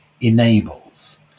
enables